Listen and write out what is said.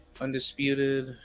Undisputed